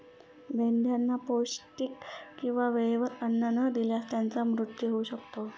मेंढ्यांना पौष्टिक किंवा वेळेवर अन्न न दिल्यास त्यांचा मृत्यू होऊ शकतो